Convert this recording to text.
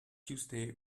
tuesday